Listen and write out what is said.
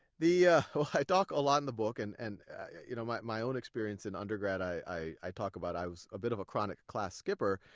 i talk a lot in the book, and and you know my own experience in undergrad, i i talk about, i was a bit of a chronic class skipper.